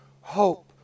hope